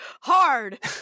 hard